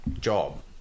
job